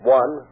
one